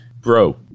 Bro